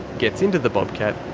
gets into the bobcat,